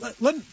let